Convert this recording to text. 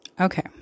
Okay